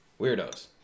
weirdos